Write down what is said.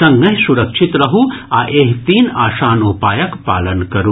संगहि सुरक्षित रहू आ एहि तीन आसान उपायक पालन करू